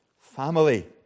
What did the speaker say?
family